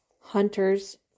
hunter's